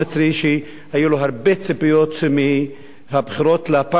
שהיו לו הרבה ציפיות מהבחירות לפרלמנט,